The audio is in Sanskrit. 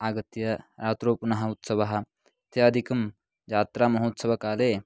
आगत्य रात्रौ पुनः उत्सवः इत्यादिकं जात्रमहोत्सवकाले